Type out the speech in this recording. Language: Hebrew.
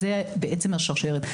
זו השרשרת.